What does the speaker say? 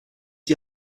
die